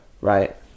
Right